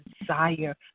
desire